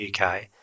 UK